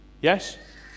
yes